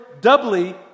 doubly